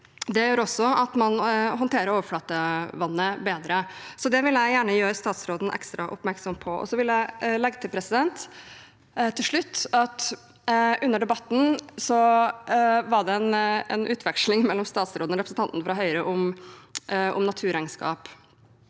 Det gjør også at man håndterer overflatevannet bedre. Det vil jeg gjerne gjøre statsråden ekstra oppmerksom på. Til slutt vil jeg legge til at under debatten var det en replikkveksling mellom statsråden og representanten fra Høyre om naturregnskap.